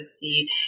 see